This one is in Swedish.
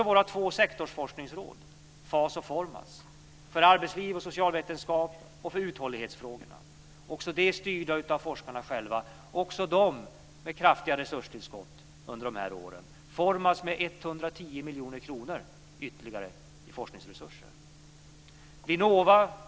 Våra två sektorsforskningsråd FAS och Formas för arbetsliv, socialvetenskap och för uthållighetsfrågorna, som är styrda av forskarna själva, får också de kraftiga resurstillskott. FORMAS får 110 miljoner kronor ytterligare i forskningsresurser.